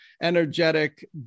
energetic